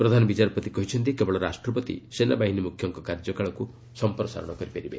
ପ୍ରଧାନ ବିଚାରପତି କହିଛନ୍ତି କେବଳ ରାଷ୍ଟ୍ରପତି ସେନାବାହିନୀ ମୁଖ୍ୟଙ୍କ କାର୍ଯ୍ୟକାଳକୁ ସମ୍ପ୍ରସାରଣ କରିପାରିବେ